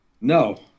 No